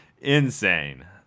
insane